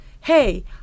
hey